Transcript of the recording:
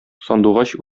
сандугач